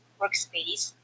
workspace